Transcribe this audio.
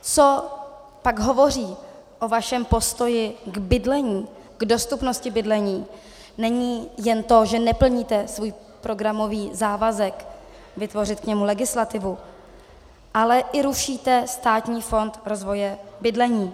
Co pak hovoří o vašem postoji k bydlení, k dostupnosti bydlení, není jen to, že neplníte svůj programový závazek vytvořit k němu legislativu, ale i rušíte Státní fond rozvoje bydlení.